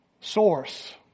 source